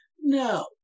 No